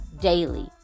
daily